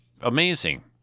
amazing